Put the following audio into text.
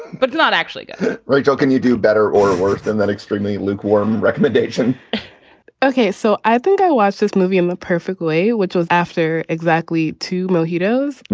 but not actually good rachel, can you do better or worse than that? extremely lukewarm recommendation okay. so i think i watched this movie in the perfect way, which was after exactly. two male heroes.